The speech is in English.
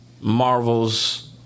Marvel's